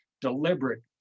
deliberate